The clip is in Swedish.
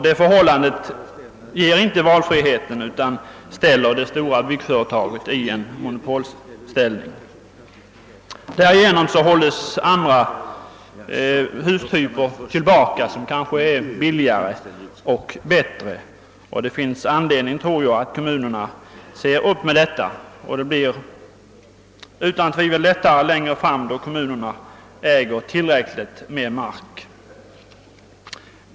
Det förhållandet ger inte valfrihet utan stäl Jer det stora byggföretaget i en monopolställning. Därigenom förhindras till komsten av andra hustyper som kanske är billigare och bättre. Det finns enligt min mening anledning för kommunerna att se upp med detta. Det blir utan tvivel lättare längre fram, då kommunerna äger tillräckligt med mark.